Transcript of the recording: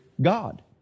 God